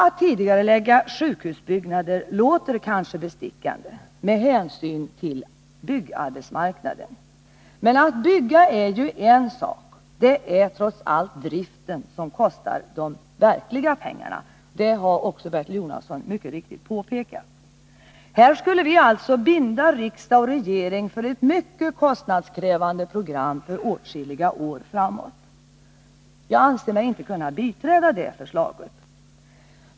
Att tidigarelägga vissa sjukhusbyggnader låter kanske bestickande med hänsyn till situationen på byggarbetsmarknaden. Men att bygga är ju en sak — det är trots allt driften som kostar de verkliga pengarna. Det har också Bertil Jonasson mycket riktigt påpekat. Här skulle vi alltså binda riksdag och regering för ett mycket kostnadskrävande program i åtskilliga år framåt. Jag anser mig inte kunna biträda det förslaget.